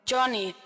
Johnny